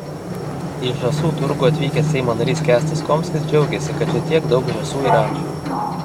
į žąsų turgų atvykęs seimo narys kęstas komskis džiaugėsi kad čia tiek daug žąsų ir ančių